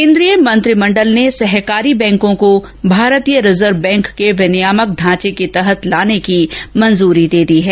केन्द्रीय मंत्रिमंडल ने सहकारी बैंकों को भारतीय रिजर्व बैंक के विनियामक ढांचे के तहत लाने की मंजूरी दे दी है